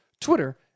Twitter